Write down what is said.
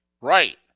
Right